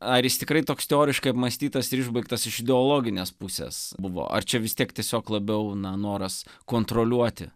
ar jis tikrai toks teoriškai apmąstytas ir išbaigtas iš ideologinės pusės buvo ar čia vis tiek tiesiog labiau na noras kontroliuoti